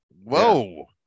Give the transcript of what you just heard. whoa